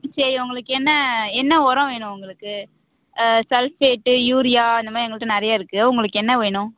சரி உங்களுக்கு என்ன என்ன உரம் வேணும் உங்களுக்கு ஆ சல்ஃபேட்டு யூரியா இந்த மாதிரி எங்கள்கிட்ட நிறைய இருக்கு உங்களுக்கு என்ன வேணும்